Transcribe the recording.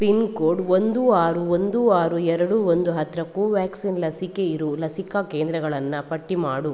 pin code ಒಂದು ಆರು ಒಂದು ಆರು ಎರಡು ಒಂದು ಹತ್ತಿರ ಕೋವ್ಯಾಕ್ಸಿನ್ ಲಸಿಕೆ ಇರೋ ಲಸಿಕಾ ಕೆಂದ್ರಗಳನ್ನ ಪಟ್ಟಿ ಮಾಡು